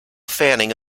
fanning